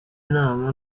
inama